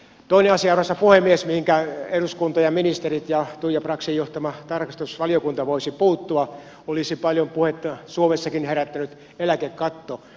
toinen asia arvoisa puhemies mihinkä eduskunta ja ministerit ja tuija braxin johtama tarkastusvaliokunta voisivat puuttua olisi paljon puhetta suomessakin herättänyt eläkekatto